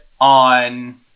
on